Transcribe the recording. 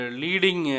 leading